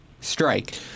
strike